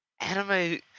Anime